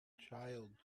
child